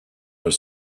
were